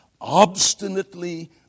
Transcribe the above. obstinately